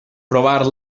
provar